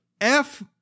F-